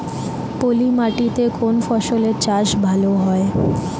পলি মাটিতে কোন ফসলের চাষ ভালো হয়?